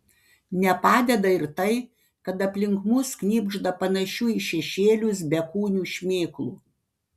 nepadeda ir tai kad aplink mus knibžda panašių į šešėlius bekūnių šmėklų